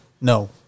no